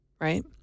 right